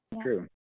True